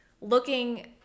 looking